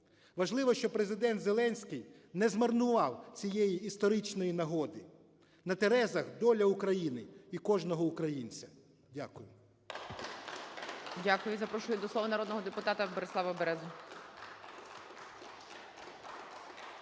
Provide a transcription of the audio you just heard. Важливо, щоб Президент Зеленський не змарнував цієї історичної нагоди. На терезах доля України і кожного українця. Дякую.